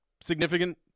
significant